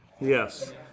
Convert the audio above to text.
Yes